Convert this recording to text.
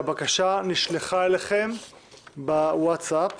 הבקשה נשלחה אליכם בווטסאפ.